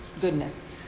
goodness